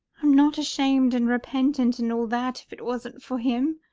i'm not ashamed and repentant, and all that. if it wasn't for him!